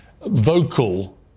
vocal